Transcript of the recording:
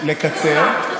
לקצר.